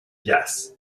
yes